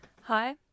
Hi